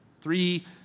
Three